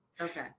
Okay